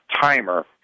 timer